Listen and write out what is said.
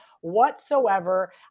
whatsoever